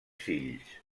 fills